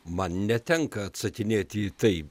man netenka atsakinėti į tai